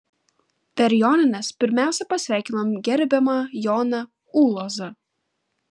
per jonines pirmiausia pasveikinom gerbiamą joną ulozą